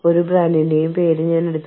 എന്താണ് സംഭവിച്ചത്